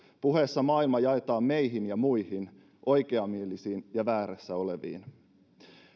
puheessa maailma jaetaan meihin ja muihin oikeamielisiin ja väärässä oleviin